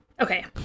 Okay